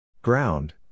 Ground